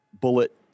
bullet